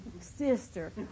sister